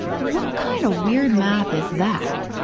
what kind of weird math is that,